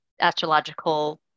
astrological